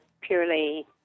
purely